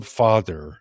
father